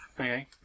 okay